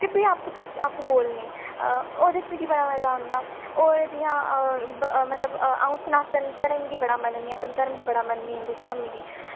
ते फ्ही आपूं खुद आपूं बोलनी ओह्दे च मिकी बड़ा मजा औंदा और जि'यां मतलब अ'ऊं सनातन धर्म गी बड़ा मन्ननी अपने धर्म गी बड़ा मन्ननी हिन्दू धर्म गी